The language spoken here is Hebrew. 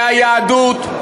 זה היהדות?